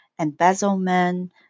embezzlement